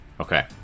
Okay